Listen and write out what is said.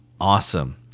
Awesome